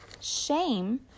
shame